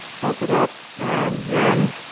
pump it up and then.